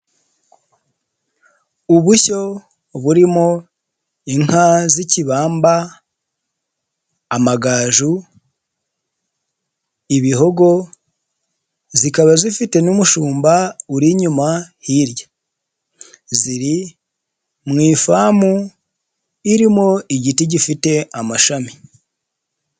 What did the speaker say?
Ubushyo burimo inka z'ikibamba, amagaju, ibihogo, zikaba zifite n'umushumba uri inyuma hirya, ziri mu ifamu irimo igiti gifite amashami.